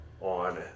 on